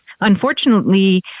unfortunately